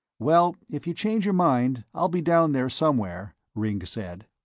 well, if you change your mind, i'll be down there somewhere, ringg said.